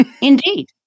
Indeed